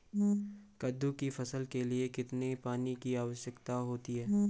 कद्दू की फसल के लिए कितने पानी की आवश्यकता होती है?